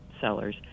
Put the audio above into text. sellers